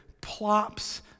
plops